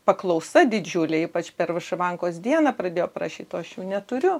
paklausa didžiulė ypač per višivankos dieną pradėjo prašyt o aš jų neturiu